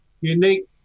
unique